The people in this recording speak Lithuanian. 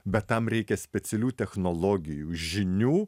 bet tam reikia specialių technologijų žinių